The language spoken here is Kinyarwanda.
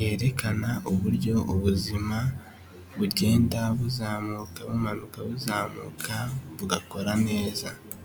yerekana uburyo ubuzima bugenda buzamuka bumanuka buzamuka bugakora neza.